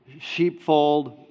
sheepfold